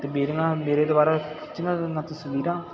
ਅਤੇ ਮੇਰੀਆਂ ਮੇਰੇ ਦੁਆਰਾ ਖਿੱਚੀਆਂ ਗਈਆਂ ਤਸਵੀਰਾਂ